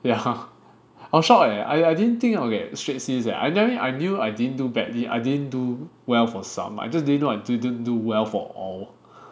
yeah I was shock eh I I didn't think I will get straight C's eh I I mean I knew I didn't do badly I didn't do well for some I just didn't know I didn't do well for all